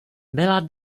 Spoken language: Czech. byla